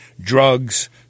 drugs